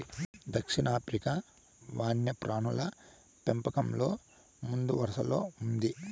దక్షిణాఫ్రికా వన్యప్రాణుల పెంపకంలో ముందువరసలో ఉంది